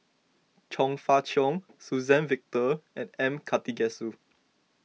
Chong Fah Cheong Suzann Victor and M Karthigesu